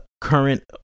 current